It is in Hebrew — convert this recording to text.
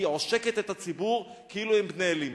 כי היא עושקת את הציבור כאילו הם בני אלים.